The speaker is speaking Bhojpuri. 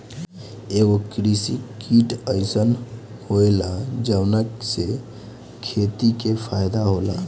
एगो कृषि किट अइसन होएला जवना से खेती के फायदा होला